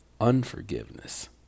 unforgiveness